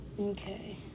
Okay